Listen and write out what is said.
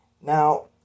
Now